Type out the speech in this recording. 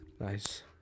Nice